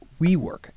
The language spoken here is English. WeWork